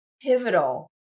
pivotal